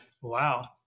Wow